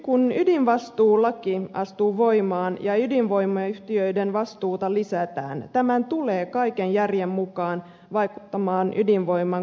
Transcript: kun ydinvastuulaki astuu voimaan ja ydinvoimayhtiöiden vastuuta lisätään tämä tulee kaiken järjen mukaan vaikuttamaan ydinvoiman kokonaiskustannuksiin